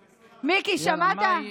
מיקי, שמעת?